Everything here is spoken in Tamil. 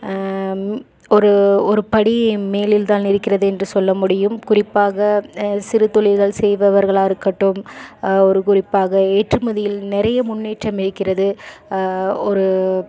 ஒரு ஒரு படி மேலில்தான் இருக்கிறது என்று சொல்ல முடியும் குறிப்பாக சிறு தொழில்கள் செய்பவர்களா இருக்கட்டும் ஒரு குறிப்பாக ஏற்றுமதியில் நிறைய முன்னேற்றம் இருக்கிறது ஒரு